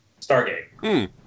Stargate